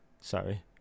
Sorry